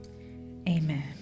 Amen